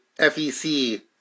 FEC